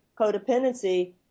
codependency